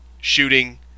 shooting